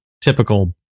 typical